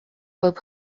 bob